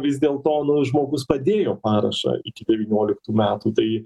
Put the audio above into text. vis dėl to nu žmogus padėjo parašą iki devynioliktų metų tai